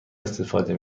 استفاده